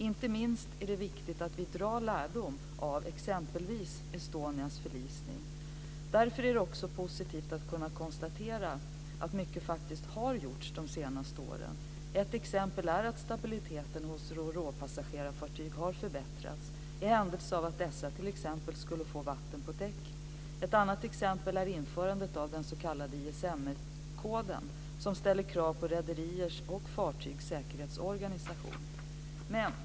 Inte minst är det viktigt att vi drar lärdom av exempelvis Estonias förlisning. Därför är det också positivt att kunna konstatera att mycket faktiskt har gjorts de senaste åren. Ett exempel är att stabiliteten hos roropassagerarfartyg har förbättrats, i händelse av att dessa t.ex. skulle få vatten på däck. Ett annat exempel är införandet av den s.k. ISM-koden, som ställer krav på rederiers och fartygs säkerhetsorganisation.